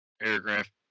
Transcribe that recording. paragraph